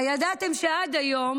הידעתם שעד היום